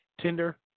Tinder